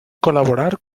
colaborar